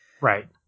Right